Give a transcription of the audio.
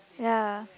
ya